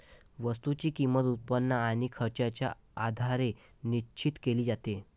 वस्तूची किंमत, उत्पन्न आणि खर्चाच्या आधारे निश्चित केली जाते